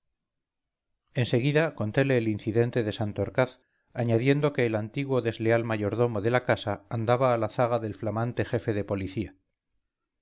en seguida contele el incidente de santorcaz añadiendo que el antiguo desleal mayordomo de la casa andaba a la zaga del flamante jefe de policía